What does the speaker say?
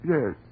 Yes